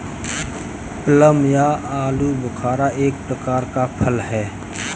plum या आलूबुखारा एक प्रकार का फल है